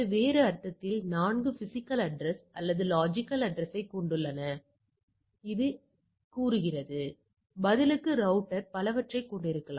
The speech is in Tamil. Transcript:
நீங்கள் இப்படித்தான் செய்கிறீர்கள் மற்றும் மேலும் நீங்கள் உள்செல்லும்போது அதிக அளவு கட்டின்மை கூறுகள் வெளிவரும்